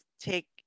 take